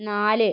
നാല്